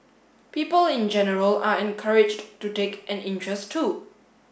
people in general are encouraged to take an interest too